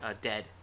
dead